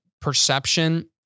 perception